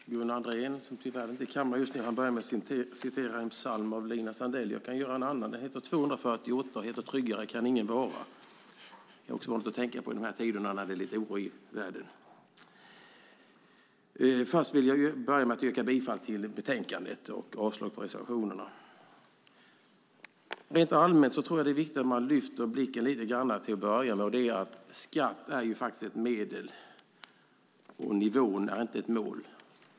Herr talman! Gunnar Andrén, som tyvärr inte är i kammaren just nu, började med att citera en psalm av Lina Sandell. Jag kan nämna psalm 248, Tryggare kan ingen vara . Det är något att tänka på i dessa tider med oro i världen. Först vill jag yrka bifall till förslaget i betänkandet och avslag på reservationerna. Rent allmänt är det viktigt att lyfta blicken, nämligen att skatt är ett medel och att nivån inte är ett mål.